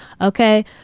Okay